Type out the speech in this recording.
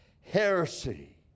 Heresy